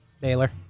Baylor